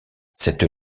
cette